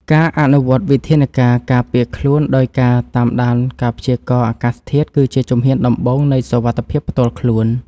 ការអនុវត្តវិធានការការពារខ្លួនដោយការតាមដានការព្យាករណ៍អាកាសធាតុគឺជាជំហានដំបូងនៃសុវត្ថិភាពផ្ទាល់ខ្លួន។